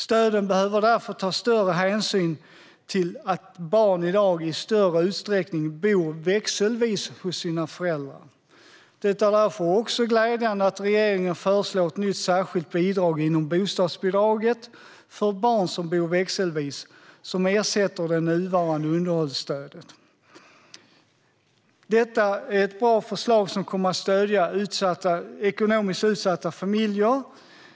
Stöden behöver därför ta större hänsyn till att barn i dag i större utsträckning bor växelvis hos sina föräldrar. Det är därför också glädjande att regeringen föreslår ett nytt särskilt bidrag inom bostadsbidraget för barn som bor växelvis som ska ersätta det nuvarande underhållsstödet. Detta är ett bra förslag som kommer att stödja ekonomiskt utsatta familjer.